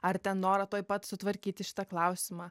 ar ten norą tuoj pat sutvarkyti šitą klausimą